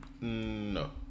No